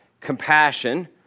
compassion